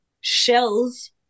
shells